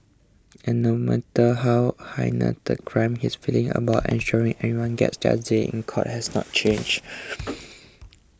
and no matter how heinous the crime his feelings about ensuring everyone gets their day in court has not changed